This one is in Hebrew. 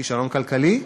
כישלון כלכלי?